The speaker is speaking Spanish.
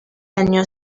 año